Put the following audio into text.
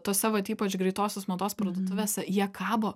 tose vat ypač greitosios mados parduotuvėse jie kabo